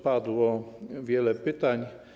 Padło wiele pytań.